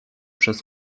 przez